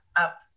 up